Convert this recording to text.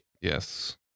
Yes